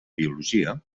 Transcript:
biologia